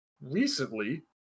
recently